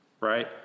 Right